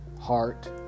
heart